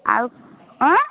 ଆଉ